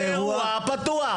זה אירוע פתוח.